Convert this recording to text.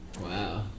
Wow